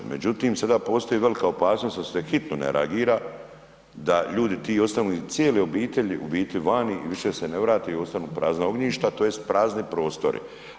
Međutim, sada postoji velika opasnost jel se hitno ne reagira da ljudi ti ostanu i cijele obitelji u biti vani i više se ne vrate i ostanu prazna ognjišta tj. prazni prostori.